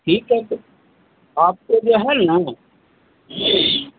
ठीक है तो आपको जो है न